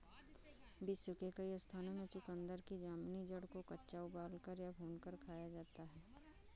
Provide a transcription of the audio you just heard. विश्व के कई स्थानों में चुकंदर की जामुनी जड़ को कच्चा उबालकर या भूनकर खाया जाता है